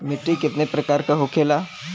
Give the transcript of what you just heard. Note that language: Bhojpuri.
मिट्टी कितने प्रकार के होखेला?